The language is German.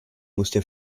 musste